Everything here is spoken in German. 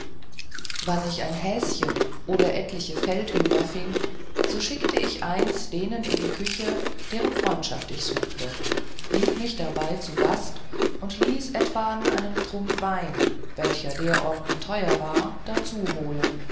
wann ich ein häschen oder etliche feldhühner fieng so schickte ichs denen in die küchen deren freundschaft ich suchte lud mich darbei zu gast und ließ etwan einen trunk wein welcher derorten teuer war darzu holen